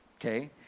okay